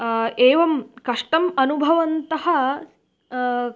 एवं कष्टम् अनुभवन्तः